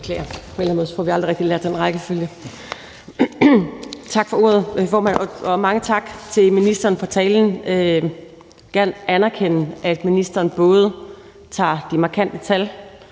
formand, og mange tak til ministeren for talen. Jeg vil gerne anerkende, at ministeren både tager de markante tal